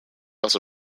also